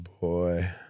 boy